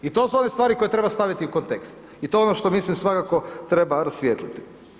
I to su one stvari koje treba staviti u kontekst, i to je ono što mislim da svakako treba rasvijetliti.